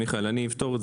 מיכאל, אפתור את זה.